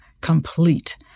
complete